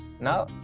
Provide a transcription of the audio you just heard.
Now